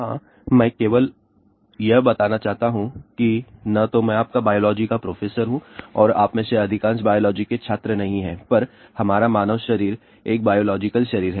हां मैं आपको केवल यह बताना चाहता हूं कि न तो मैं आपका बायोलॉजी का प्रोफेसर हूं और आप में से अधिकांश बायोलॉजी के छात्र नहीं हैं पर हमारा मानव शरीर एक बायोलॉजिकल शरीर है